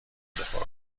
دفاع